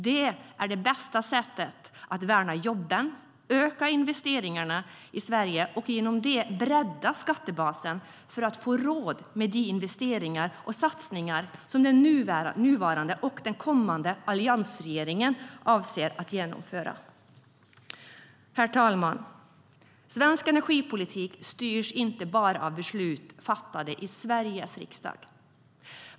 Det är det bästa sättet att värna jobben, öka investeringarna i Sverige och genom det bredda skattebasen för att få råd med de investeringar och satsningar som den nuvarande regeringen och den kommande alliansregeringen avser att genomföra. Herr talman! Svensk energipolitik styrs inte bara av beslut fattade i Sveriges riksdag.